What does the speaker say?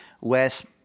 Wes